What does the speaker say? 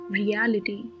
reality